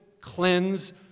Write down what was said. cleanse